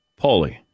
Paulie